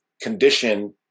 condition